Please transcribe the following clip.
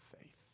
faith